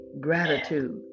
gratitude